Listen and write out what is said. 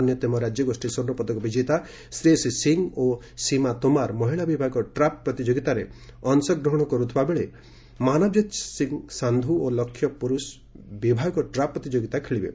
ଅନ୍ୟତମ ରାଜ୍ୟଗୋଷୀ ସ୍ପର୍ଣ୍ଣପଦକ ବିଜେତା ଶ୍ରେୟସୀ ସିଂ ଓ ସୀମା ତୋମାର ମହିଳା ବିଭାଗ ଟ୍ରାପ୍ ପ୍ରତିଯୋଗିତାରେ ଅଶ ଗ୍ରହର କରୁଥିବାବେଳେ ମାନବଜିତ୍ ସିଂ ସାନ୍ଧୁ ଓ ଲକ୍ଷ୍ୟ ପୁରୁଷ ବିଭାଗ ଟ୍ରାପ୍ ପ୍ରତିଯୋଗିତା ଖେଳିବେ